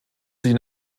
sie